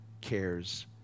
cares